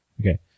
Okay